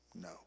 no